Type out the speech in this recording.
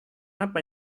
apa